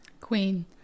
queen